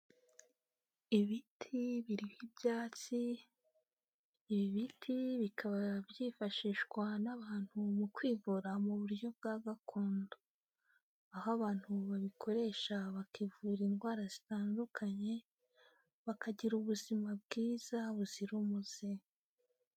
Ibiti biriho ibyatsi, ibi biti bikaba byifashishwa n'abantu mu kwivura mu buryo bwa gakondo. Aho abantu babikoresha bakivura indwara zitandukanye, bakagira ubuzima bwiza buzira umuze.